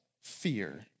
fear